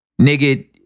nigga